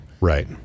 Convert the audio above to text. right